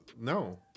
No